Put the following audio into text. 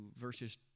verses